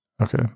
Okay